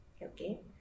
Okay